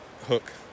hook